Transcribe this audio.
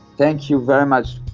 thank you very much.